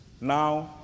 Now